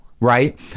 right